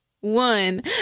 one